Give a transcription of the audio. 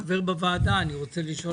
3,343 שעות